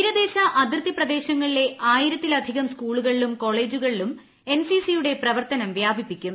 തീരദേശ അതിർത്തി പ്രദേശങ്ങളിലെ ആയിരത്തിലധികം സ്കൂളുകളിലും കോളേജുകളിലും എൻ സി സി യുടെ പ്രവർത്തനം വ്യാപിപ്പിക്കും